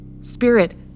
Spirit